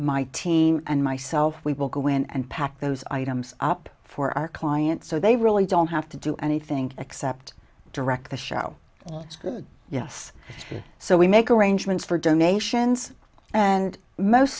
my team and myself we will go in and pack those items up for our client so they really don't have to do anything except direct the show yes so we make arrangements for donations and most